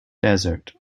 desert